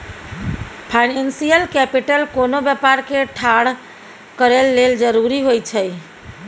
financial capital कोनो व्यापार के ठाढ़ करए लेल जरूरी होइ छइ